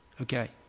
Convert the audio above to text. okay